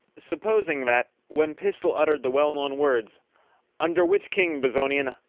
supposing that, when pistol uttered the well-known words under which king, bezonian?